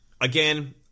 again